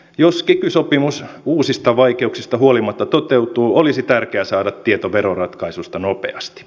jos kiky sopimus uusista vaikeuksista huolimatta toteutuu olisi tärkeä saada tieto veroratkaisusta nopeasti